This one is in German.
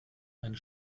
eine